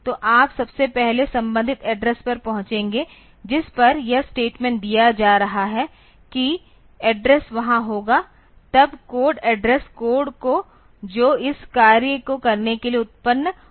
तो आप सबसे पहले संबंधित एड्रेस पर पहुंचेंगे जिस पर यह स्टेटमेंट दिया जा रहा है कि एड्रेस वहां होगा तब कोड एड्रेस कोड को जो इस कार्य को करने के लिए उत्पन्न होता है